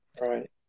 right